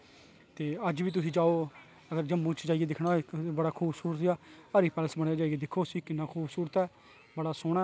ते अज्ज बी तुस जाओ जम्मू च जाइये दिक्खना होऐ इक खूबसूरत जेहा हरि पैलेस बने दा ऐ दिक्खो उसी किन्ना खूबसूरत ऐ बड़ा सोहना ऐ बधिया ऐ